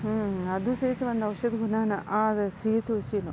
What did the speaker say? ಹ್ಞೂ ಅದು ಸಹಿತ ಒಂದು ಔಷಧ ಗುಣಾನೇ ಅದು ಸಿಹಿ ತುಳಸಿಯೂ